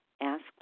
asked